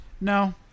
No